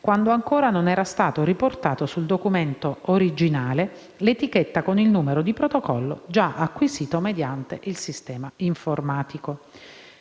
quando ancora non era stato riportato sul documento originale l’etichetta con il numero di protocollo già acquisito mediante il sistema informatico.